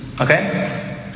okay